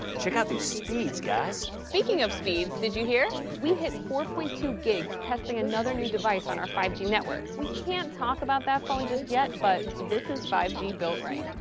check out these speeds, guys! speaking of speeds. did ya hear we hit four point two gigs testing another new device on our five g network. we can't talk about that phone just yet, yet, but this is five g built right.